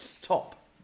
top